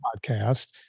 podcast